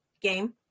game